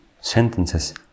sentences